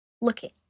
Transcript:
looking